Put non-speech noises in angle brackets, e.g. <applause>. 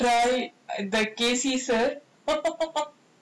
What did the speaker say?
like we try the <laughs>